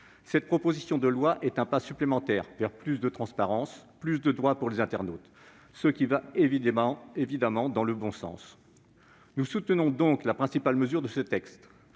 cette proposition de loi représente un pas supplémentaire vers plus de transparence et de droits pour les internautes, ce qui va évidemment dans le bon sens. Nous soutenons donc la principale mesure de ce texte